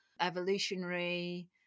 evolutionary